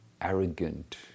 arrogant